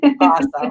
Awesome